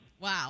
Wow